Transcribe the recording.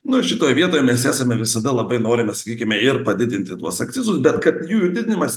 nu ir šitoj vietoj mes esame visada labai norime sakykime ir padidinti tuos akcizus bet kad jųjų didinimas